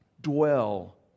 Dwell